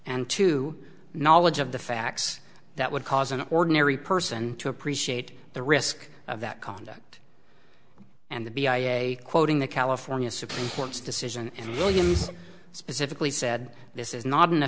and to knowledge of the facts that would cause an ordinary person to appreciate the risk of that conduct and the b i a quoting the california supreme court's decision and williams specifically said this is not an